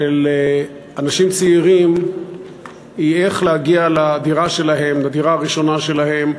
של אנשים צעירים היא איך להגיע לדירה הראשונה שלהם,